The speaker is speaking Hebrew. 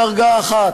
בדרגה אחת,